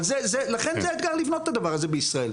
אבל לכן זה אתגר לבנות את הדבר הזה בישראל.